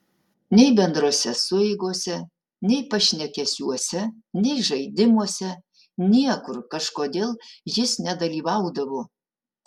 nei bendrose sueigose nei pašnekesiuose nei žaidimuose niekur kažkodėl jis nedalyvaudavo